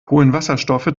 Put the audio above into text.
kohlenwasserstoffe